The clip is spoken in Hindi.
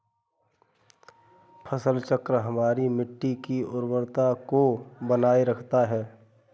फसल चक्र हमारी मिट्टी की उर्वरता को बनाए रखता है